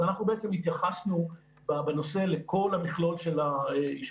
אז בעצם התייחסנו לכל המכלול של האשפוז.